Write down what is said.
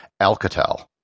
Alcatel